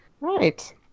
Right